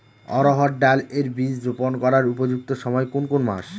অড়হড় ডাল এর বীজ রোপন করার উপযুক্ত সময় কোন কোন মাস?